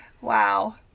Wow